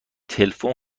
تلفن